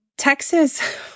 Texas